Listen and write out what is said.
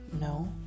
No